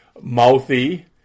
mouthy